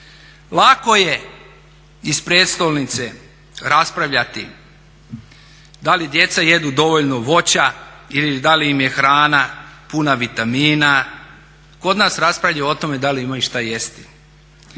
Lako je iz prijestolnice raspravljati da li djeca jednu dovoljno voća ili da li im je hrana puna vitamina. Kod nas raspravljaju o tome da li imaju šta jesti.